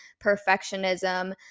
perfectionism